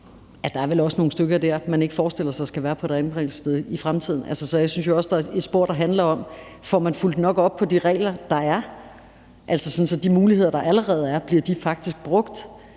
Der er vel også nogle stykker der, man ikke forestiller sig skal være på et anbringelsessted i fremtiden. Så jeg synes jo også, der er et spor, der handler om: Får man fulgt nok op på de regler, der er? Altså, bliver de muligheder, der allerede er, faktisk brugt?